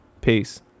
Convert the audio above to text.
Peace